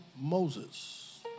Moses